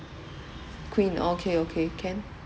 queen okay okay can